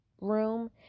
room